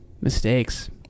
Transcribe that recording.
Mistakes